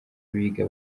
abiga